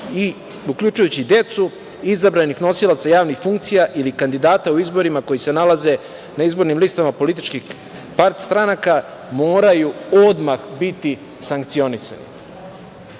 uključujući i decu izabranih nosilaca javnih funkcija ili kandidata u izborima koji se nalaze na izbornim listama političkih stranaka moraju odmah biti sankcionisane. Dakle,